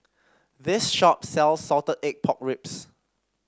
this shop sells Salted Egg Pork Ribs